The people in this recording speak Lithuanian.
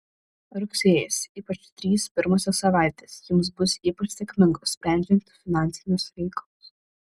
rugsėjis ypač trys pirmosios savaitės jums bus ypač sėkmingos sprendžiant finansinius reikalus